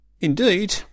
Indeed